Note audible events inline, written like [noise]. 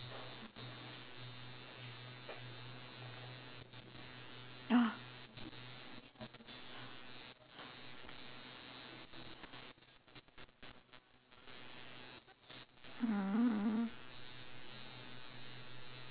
[noise]